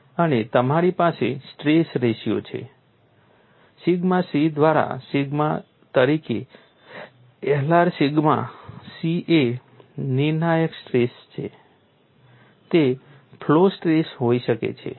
અને તમારી પાસે સ્ટ્રેસ રેશિયો છે સિગ્મા c દ્વારા સિગ્મા તરીકે Lr સિગ્મા c એ નિર્ણાયક સ્ટ્રેસ છે તે ફ્લો સ્ટ્રેસ હોઈ શકે છે